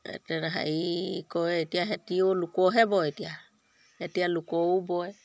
হেৰি কৰে এতিয়া সিহঁতেও লোকৰহে বয় এতিয়া এতিয়া লোকৰো বয়